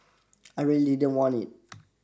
I really don't want it